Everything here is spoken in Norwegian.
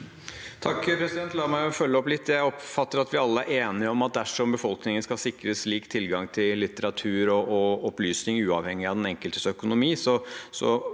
(H) La meg følge det opp litt. Jeg oppfatter at vi alle er enige om at dersom befolkningen skal sikres lik tilgang til litteratur og opplysning uavhengig av den enkeltes økonomi,